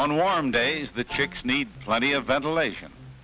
on warm days the chicks need plenty of ventilation